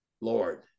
Lord